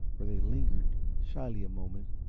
where they lingered shyly a moment,